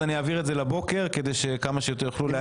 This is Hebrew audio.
אני אעביר את הדיון לבוקר כדי שכמה שיותר יוכלו להגיע.